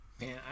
Man